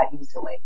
easily